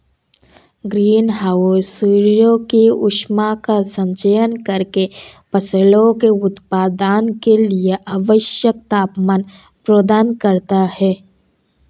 green house सूर्य की ऊष्मा का संचयन करके फसलों के उत्पादन के लिए आवश्यक तापमान प्रदान करता है